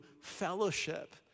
fellowship